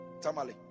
Tamale